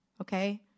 okay